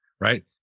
Right